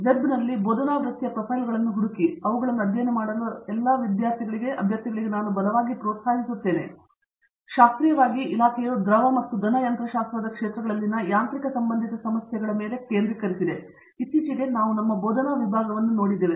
ವೆಬ್ನಲ್ಲಿ ಬೋಧನಾ ವೃತ್ತಿಯ ಪ್ರೊಫೈಲ್ಗಳನ್ನು ಹುಡುಕಲು ಮತ್ತು ಅವುಗಳನ್ನು ಅಧ್ಯಯನ ಮಾಡಲು ಎಲ್ಲಾ ಅಭ್ಯರ್ಥಿಗಳನ್ನು ನಾನು ಬಲವಾಗಿ ಪ್ರೋತ್ಸಾಹಿಸುತ್ತಿದ್ದೇನೆ ಆದರೆ ಶಾಸ್ತ್ರೀಯವಾಗಿ ಇಲಾಖೆಯು ದ್ರವ ಮತ್ತು ಘನ ಯಂತ್ರಶಾಸ್ತ್ರದ ಕ್ಷೇತ್ರಗಳಲ್ಲಿನ ಯಾಂತ್ರಿಕ ಸಂಬಂಧಿತ ಸಮಸ್ಯೆಗಳ ಮೇಲೆ ಕೇಂದ್ರೀಕರಿಸಿದೆ ಮತ್ತು ಇತ್ತೀಚೆಗೆ ನಾವು ನಮ್ಮ ಬೋಧನಾ ವಿಭಾಗವನ್ನು ನೋಡಿದ್ದೇವೆ